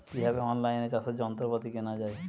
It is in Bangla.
কিভাবে অন লাইনে চাষের যন্ত্রপাতি কেনা য়ায়?